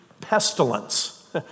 pestilence